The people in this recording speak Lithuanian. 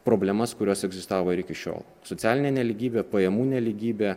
problemas kurios egzistavo ir iki šiol socialinė nelygybė pajamų nelygybė